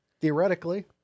Theoretically